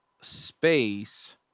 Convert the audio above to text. space